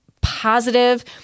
positive